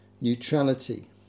neutrality